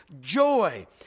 joy